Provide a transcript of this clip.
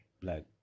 black